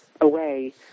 away